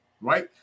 Right